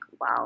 wow